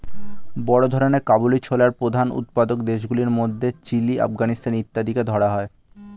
বড় ধরনের কাবুলি ছোলার প্রধান উৎপাদক দেশগুলির মধ্যে চিলি, আফগানিস্তান ইত্যাদিকে ধরা হয়